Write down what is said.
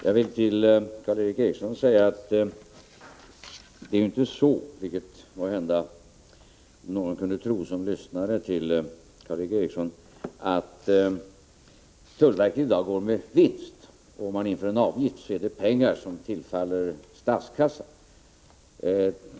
Fru talman! Det förhåller sig inte så, vilket måhända någon kunde tro som lyssnade till Karl Erik Eriksson, att tullverket i dag går med vinst och att pengar som kommer in om man inför en avgift tillfaller statskassan.